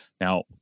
Now